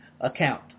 account